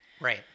Right